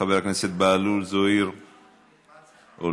חבר הכנסת זוהיר בהלול, עולה.